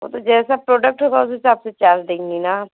वह तो जैसा प्रोडक्ट होगा उस हिसाब से चार्ज देंगे न आप